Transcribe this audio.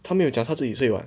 他没有讲他自己睡 [what]